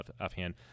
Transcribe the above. offhand